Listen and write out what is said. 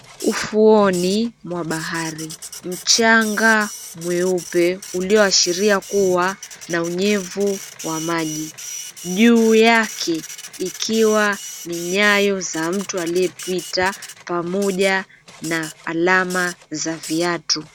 Ufuoni mwa bahari mchanga mweupe ulioashiria kuwa na unyevu wa maji. Juu yake ikiwa ni nyayo za mtu aliyepita pamoja na alama za viatu.